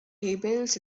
tables